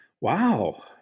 Wow